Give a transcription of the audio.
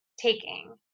taking